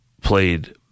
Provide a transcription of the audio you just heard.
played